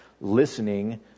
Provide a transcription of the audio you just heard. listening